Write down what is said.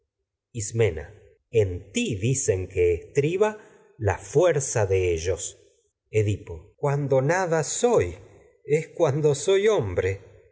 ismena en ti dicen que estriba la fuerza de ellos ldipo cuándo nada soy es cuando soy hombre